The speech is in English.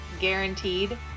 guaranteed